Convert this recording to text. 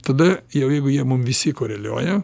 tada jau jeigu jie mums visi koreliuoja